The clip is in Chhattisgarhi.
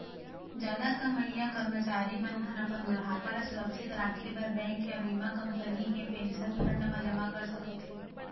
जादा कमईया करमचारी मन ह अपन बुढ़ापा ल सुरक्छित राखे बर बेंक या बीमा कंपनी हे पेंशन फंड म जमा कर सकत हे